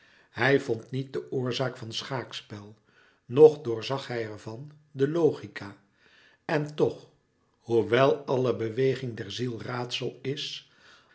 hij vond niet de oorzaak van schaakspel noch doorzag hij ervan de logica en toch hoewel alle beweging der ziel raadsel is